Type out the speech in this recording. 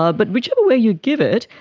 ah but whichever way you give it,